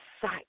sight